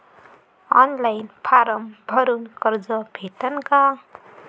Online form भरून कर्ज भेटन का?